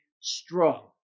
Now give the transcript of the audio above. strong